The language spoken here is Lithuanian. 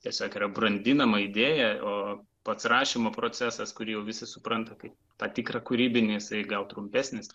tiesiog yra brandinama idėja o pats rašymo procesas kurį jau visi supranta kaip tą tikrą kūrybinį jisai gal trumpesnis